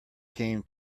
came